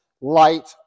light